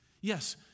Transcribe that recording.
Yes